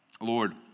Lord